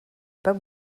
pas